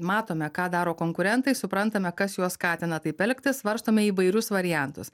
matome ką daro konkurentai suprantame kas juos skatina taip elgtis svarstome įvairius variantus